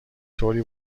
طوری